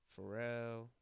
Pharrell